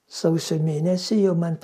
sausio mėnesį jau man